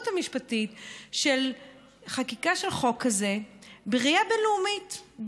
המשפטית של חקיקה של חוק כזה בראייה בין-לאומית,